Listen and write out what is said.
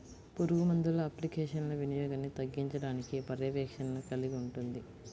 పురుగుమందుల అప్లికేషన్ల వినియోగాన్ని తగ్గించడానికి పర్యవేక్షణను కలిగి ఉంటుంది